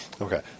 Okay